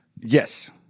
Yes